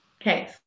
Okay